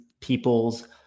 people's